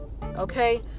Okay